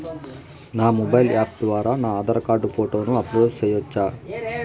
నా mobile app ద్వారా నా ఆధార్ కార్డు ఫోటోను అప్లోడ్ సేయొచ్చా?